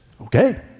Okay